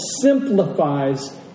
simplifies